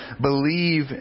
believe